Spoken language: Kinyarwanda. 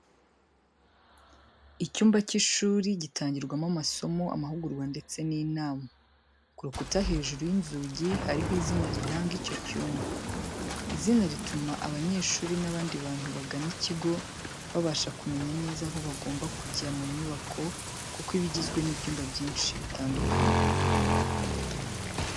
Icyumba cy’ishuri gitangirwamo amasomo, amahugurwa ndetse n'inama, ku rukuta hejuru y’inzugi hariho izina riranga icyo cyumba. Izina rituma abanyeshuri n'abandi bantu bagana ikigo babasha kumenya neza aho bagomba kujya mu nyubako kuko iba igizwe n’ibyumba byinshi bitandukanye.